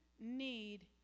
need